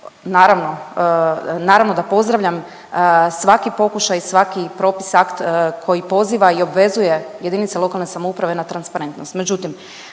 naravno da pozdravljam svaki pokušaj i svaki propis, akt koji poziva i obvezuje jedinice lokalne samouprave na transparentnost,